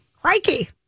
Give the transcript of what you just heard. Crikey